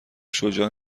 شجاع